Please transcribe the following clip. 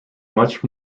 much